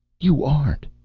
you aren't,